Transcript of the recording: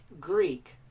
Greek